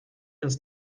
ins